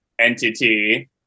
entity